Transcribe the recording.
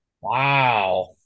Wow